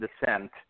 descent